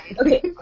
Okay